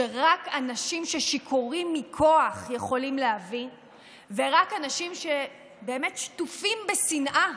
שרק אנשים שיכורים מכוח יכולים להביא ורק אנשים שטופים בשנאה